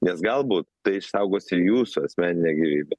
nes galbūt tai išsaugos ir jūsų asmeninę gyvybę